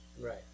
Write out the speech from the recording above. Right